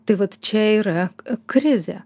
tai vat čia yra krizė